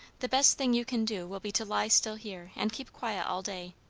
the best thing you can do will be to lie still here and keep quiet all day.